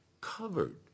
covered